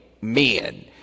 men